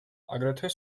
აგრეთვე